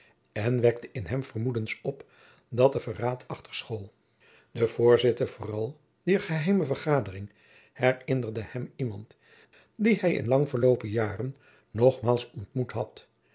en wekte in hem vermoedens op dat er verraad achter school de voorzitter vooral dier geheime vergadering herinnerde hem iemand dien hij in lang verloopen jaren nogmaals ontmoet had